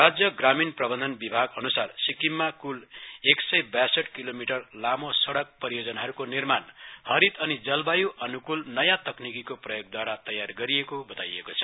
राज्य ग्रामीण प्रवन्धन विभाग अन्सार सिक्किममा कुल एकसौ व्यासठ किलोमिटर लामो सड़क परियोजनाहरूको निर्माण हरित अनि जलवाय् अन्कूल नयाँ तकनिकीको प्रयोगद्वारा तयार गरिएको बताइको छ